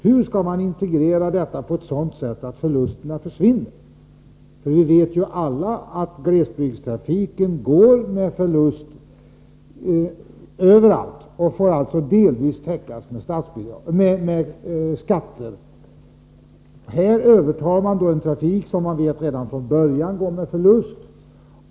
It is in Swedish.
Hur skall man integrera den trafiken på ett sådant sätt att förlusterna försvinner? Vi vet ju alla att glesbygdstrafiken överallt går med förlust, och att förlusten delvis får täckas med skattemedel. Här övertar man en trafik som man redan från början vet går med förlust.